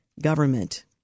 government